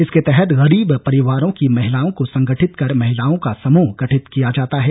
इसके तहत गरीब परिवारों की महिलाओं को संगठित कर महिलाओं का समूह गठित किया जाता है